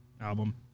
album